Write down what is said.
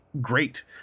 great